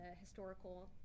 historical